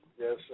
Yes